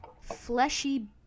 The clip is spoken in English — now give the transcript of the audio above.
fleshy